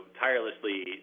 tirelessly